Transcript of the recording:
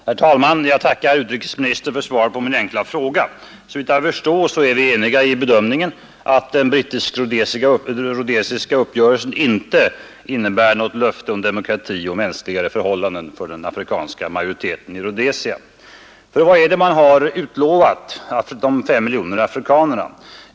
Herr talman! Jag tackar utrikesministern för svaret på min enkla fråga. Såvitt jag förstår är vi eniga i bedömningen att den brittisk-rhodesiska uppgörelsen inte innebär något löfte om demokrati och mänskligare förhållanden för den afrikanska majoriteten i Rhodesia. För vad är det man lovat de fem miljoner afrikanerna?